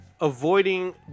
avoiding